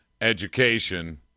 education